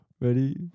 Ready